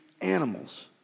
animals